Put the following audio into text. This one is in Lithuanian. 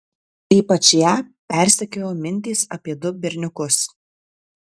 ypač ją persekiojo mintys apie du berniukus